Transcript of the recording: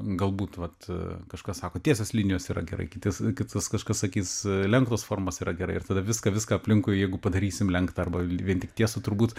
galbūt vat kažkas sako tiesios linijos yra gerai kitis kitus kažkas sakys lenktos formos yra gerai ir tada viską viską aplinkui jeigu padarysim lenktą arba vien tik tiesų turbūt